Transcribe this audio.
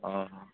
ହଁ